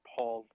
Paul